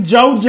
Joe